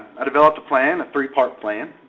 i developed a plan, a three-part plan,